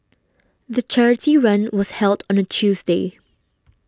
the charity run was held on a Tuesday